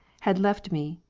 had left me,